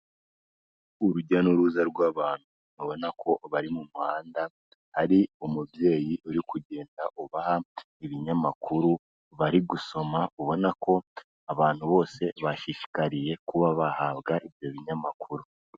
Urujya n'uruza rw'abantu ubona ko bari mu muhanda, hari umubyeyi uri kugenda ubaha ibinyamakuru bari gusoma, ubona ko abantu bose bashishikariye kuba bahabwa ibyo binyamakuru.